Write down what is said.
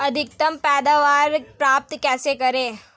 अधिकतम पैदावार प्राप्त कैसे करें?